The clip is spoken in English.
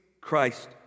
Christ